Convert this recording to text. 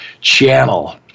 channel